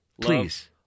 Please